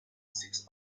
six